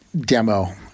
demo